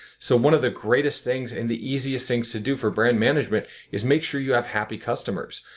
so one of the greatest things and the easiest things to do for brand management is make sure you have happy customers.